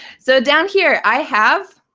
so down here i have.